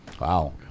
Wow